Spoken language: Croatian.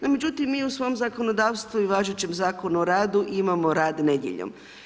No, međutim, mi u svom zakonodavstvu i važećem Zakonom o radu imamo rad nedjeljom.